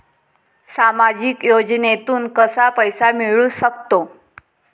सामाजिक योजनेतून कसा पैसा मिळू सकतो?